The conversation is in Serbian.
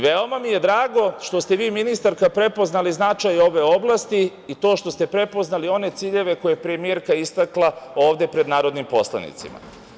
Veoma mi je drago što ste vi ministarka prepoznali značaj ove oblasti i to što ste prepoznali one ciljeve koje je premijerka istakla ovde pred narodnim poslanicima.